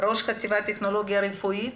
ראש חטיבת טכנולוגיה רפואית